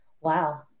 Wow